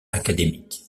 académique